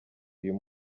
uyu